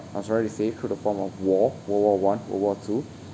I'm sorry to say through the form of war world war one world war two